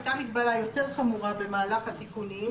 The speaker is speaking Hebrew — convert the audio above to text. הייתה מגבלה יותר חמורה במהלך התיקונים,